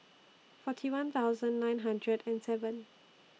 forty one thousand nine hundred and seven